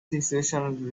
situation